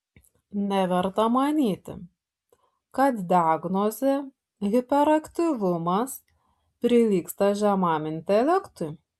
neverta manyti kad diagnozė hiperaktyvumas prilygsta žemam intelektui